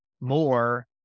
more